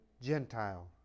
Gentile